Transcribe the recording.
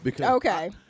Okay